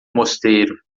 mosteiro